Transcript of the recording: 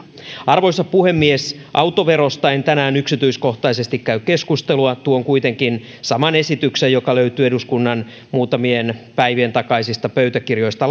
arvoisa puhemies autoverosta en tänään yksityiskohtaisesti käy keskustelua tuon kuitenkin saman esityksen joka löytyy eduskunnan muutamien päivien takaisista pöytäkirjoista